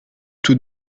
tout